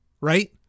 Right